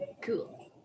Cool